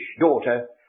daughter